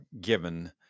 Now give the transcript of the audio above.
given